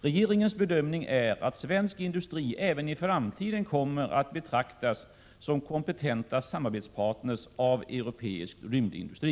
Regeringens bedömning är att svensk industri även i framtiden kommer att betraktas som kompetent samarbetspartner av europeisk rymdindustri.